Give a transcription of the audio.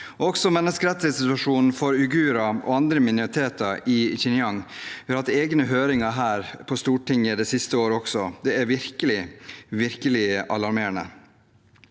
for menneskerettighetssituasjonen for uigurene og andre minoriteter i Xinjiang. Vi har hatt egne høringer her på Stortinget det siste året også. Det er virkelig alarmerende.